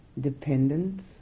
dependence